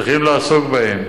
צריכים לעסוק בהם,